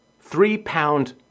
three-pound